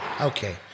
Okay